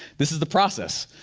this is the process.